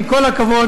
עם כל הכבוד,